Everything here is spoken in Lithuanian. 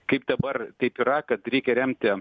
kaip dabar taip yra kad reikia remti